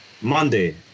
Monday